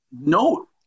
no